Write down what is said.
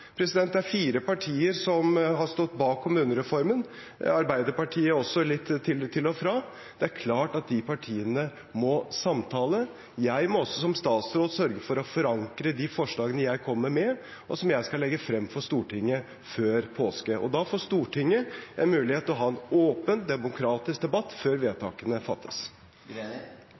Det er fire partier som har stått bak kommunereformen – Arbeiderpartiet også litt til og fra – og det er klart at de partiene må samtale. Jeg må også som statsråd sørge for å forankre de forslagene jeg kommer med, og som jeg skal legge frem for Stortinget før påske. Da får Stortinget en mulighet til å ha en åpen, demokratisk debatt før vedtakene fattes.